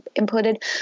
inputted